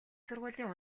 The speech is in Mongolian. сургуулийн